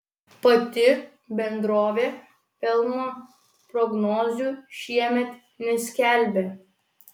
pati bendrovė pelno prognozių šiemet neskelbė